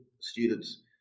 students